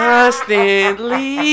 Constantly